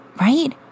right